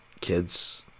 kids